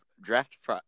draft